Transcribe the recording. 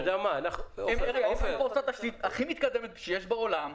יש להם מערכת הכי מתקדמת בעולם.